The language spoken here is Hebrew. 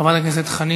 הוא לא יצמצם את הפערים,